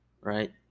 right